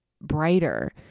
brighter